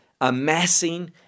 amassing